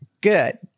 Good